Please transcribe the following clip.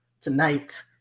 Tonight